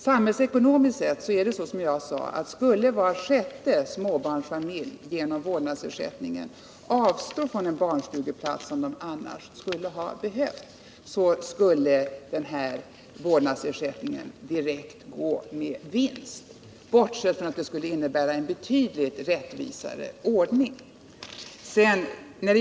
Samhällsekonomiskt är det, som jag sade, så, att skulle var sjätte småbarnsfamilj genom vårdnadsersättningen avstå från en barnstugeplats som den annars skulle ha behövt, så skulle vårdnadsersättningen direkt gå med vinst — samtidigt som den skulle innebära en betydligt rättvisare ordning.